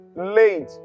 late